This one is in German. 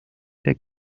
der